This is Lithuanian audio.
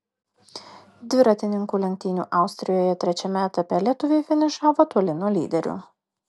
dviratininkų lenktynių austrijoje trečiame etape lietuviai finišavo toli nuo lyderių